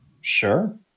Sure